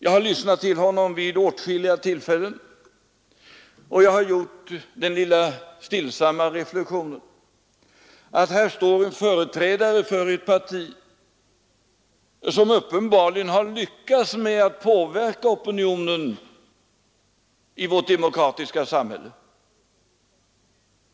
Jag har lyssnat till honom vid åtskilliga tillfällen, och jag har gjort den lilla stillsamma reflexionen att här står en företrädare för ett parti som uppenbarligen har lyckats påverka opinionen i vårt demokratiska samhälle.